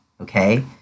okay